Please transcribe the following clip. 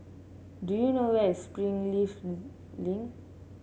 do you know where is Springleaf Link